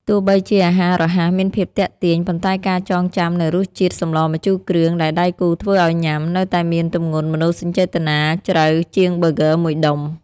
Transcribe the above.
ទោះបីជាអាហាររហ័សមានភាពទាក់ទាញ ប៉ុន្តែការចងចាំនូវរសជាតិសម្លម្ជូរគ្រឿងដែលដៃគូធ្វើឱ្យញ៉ាំ នៅតែមានទម្ងន់មនោសញ្ចេតនាជ្រៅជាងប៊ឺហ្គឺមួយដុំ។